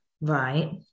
Right